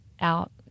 out